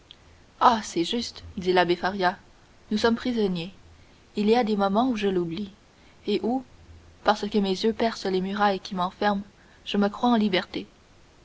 ah c'est juste dit l'abbé faria nous sommes prisonniers il y a des moments où je l'oublie et où parce que mes yeux percent les murailles qui m'enferment je me crois en liberté